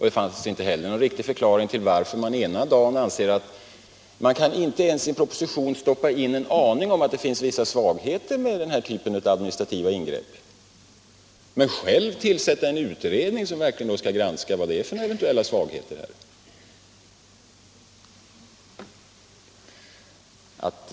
Det finns inte heller någon förklaring till varför han den ena dagen anser att någon annan inte ens i en proposition kan stoppa in aningar om att det kan finnas vissa svagheter förenade med den här typen av administrativa ingrepp men att han själv kan tillsätta en utredning som skall granska vilka eventuella svagheter det kan finnas.